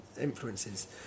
influences